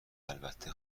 البته